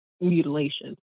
mutilation